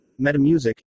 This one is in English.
Metamusic